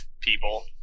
people